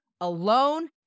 alone